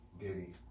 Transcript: Giddy